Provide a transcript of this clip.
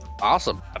awesome